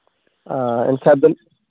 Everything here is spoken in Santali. ᱮᱱᱠᱷᱟᱱ ᱫᱚ